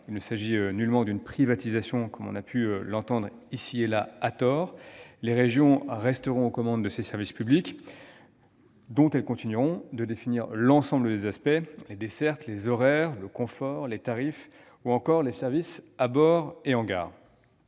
il ne s'agit nullement d'une privatisation, comme on a pu l'entendre dire à tort ici et là. Les régions resteront aux commandes de ces services publics, dont elles continueront de définir l'ensemble des aspects : dessertes, horaires, confort, tarifs, services à bord et en gare.